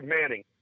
Manning